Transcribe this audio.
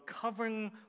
covering